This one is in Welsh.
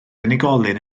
unigolyn